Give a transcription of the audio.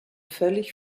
völlig